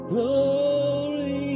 Glory